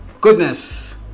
goodness